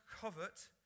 covet